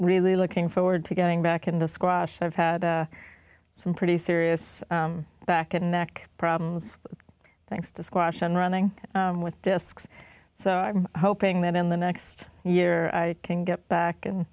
really looking forward to getting back into squash i've had some pretty serious back and back problems thanks to squash and running with discs so i'm hoping that in the next year i can get back and